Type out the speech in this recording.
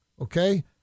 okay